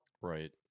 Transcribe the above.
Right